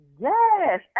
Yes